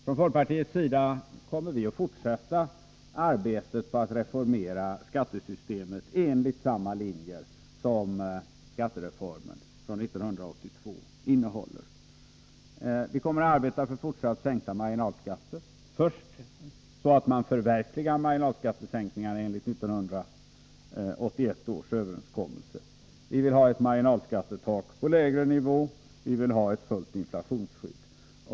Från folkpartiets sida kommer vi att fortsätta arbetet med att reformera skattesystemet enligt samma linjer som skattereformen 1982. Vi kommer att arbeta för fortsatt sänkta marginalskatter — vår första strävan är att förverkliga marginalskattesänkningarna enligt 1981 års överenskommelse. Vi vill ha ett marginalskattetak på lägre nivå, och vi vill ha ett fullt inflationsskydd.